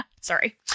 Sorry